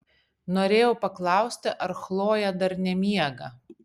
norėjau paklausti ar chlojė dar nemiega